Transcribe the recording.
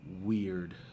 weird